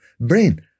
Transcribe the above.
brain